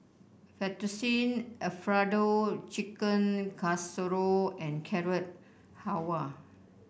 Fettuccine Alfredo Chicken Casserole and Carrot Halwa